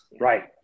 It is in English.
right